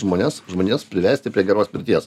žmonės žmonės privesti prie geros pirties